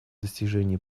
достижении